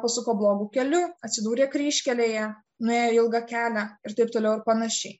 pasuko blogu keliu atsidūrė kryžkelėje nuėję ilgą kelią ir taip toliau ir panašiai